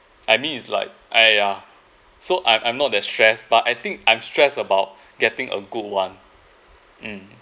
I mean it's like !aiya! so I'm I'm not that stress but I think I'm stressed about getting a good [one] mm